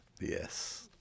yes